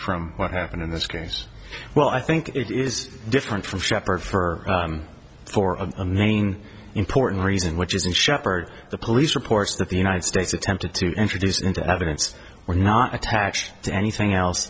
from what happened in this case well i think it is different from shepard for four of the main important reason which is in shepherd the police reports that the united states attempted to introduce into evidence or not attach to anything else